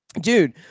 Dude